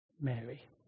Mary